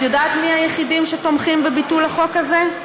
את יודעת מי היחידים שתומכים בביטול החוק הזה?